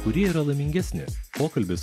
kurie yra laimingesni pokalbis